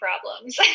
problems